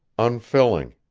unfilling.